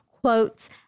quotes